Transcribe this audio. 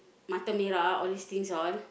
mata merah all these things all